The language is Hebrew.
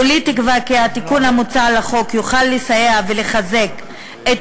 כולי תקווה כי התיקון המוצע לחוק יוכל לסייע ולחזק את